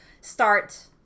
start